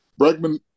Bregman